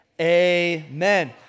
amen